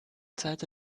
seite